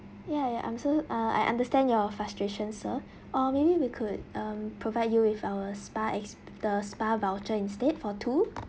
ya ya I'm so uh I understand your frustration sir or maybe we could um provide you with our spa ex~ the spa voucher instead for two